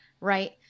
right